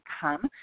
come